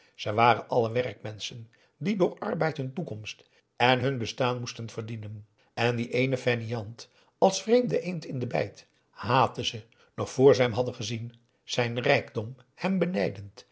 ze waren allen werkmenschen die door arbeid hun toekomst en hun bestaan moesten verdienen en dien éénen fainéant als vreemde eend in de bijt haatten ze nog vr ze hem hadden gezien zijn rijkdom hem benijdend